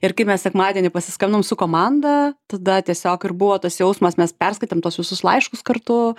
ir kaip mes sekmadienį pasiskambinom su komanda tada tiesiog ir buvo tas jausmas mes perskaitėm tuos visus laiškus kartu